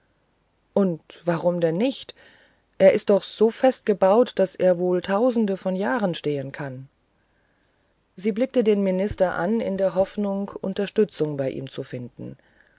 und warum denn nicht ist er doch so fest gebaut daß er wohl tausende von jahren stehen kann sie blickte den minister an in der hoffnung unterstützung bei ihm zu finden